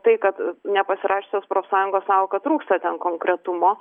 tai kad nepasirašiusios profsąjungos sako kad trūksta ten konkretumo